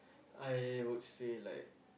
I would say like